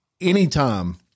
anytime